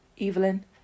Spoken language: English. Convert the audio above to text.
Evelyn